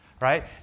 right